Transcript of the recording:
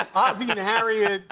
ozzy and harriet.